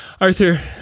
Arthur